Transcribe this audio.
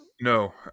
No